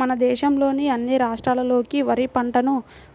మన దేశంలోని అన్ని రాష్ట్రాల్లోకి వరి పంటను